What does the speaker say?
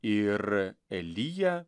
ir eliją